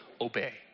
obey